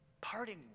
parting